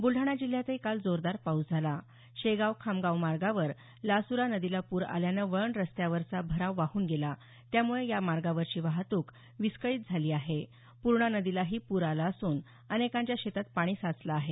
बुलडाणा जिल्ह्यातही काल जोरदार पाऊस झाला शेगाव खामगाव मार्गावर लासूरा नदीला पूर आल्यानं वळण रस्त्यावरचा भराव वाहून गेला त्यामुळे या मार्गावरची वाहतूक विस्कळित झाली आहे पूर्णा नदीलाही पूर आला असून अनेकांच्या शेतात पाणी साचलं आहे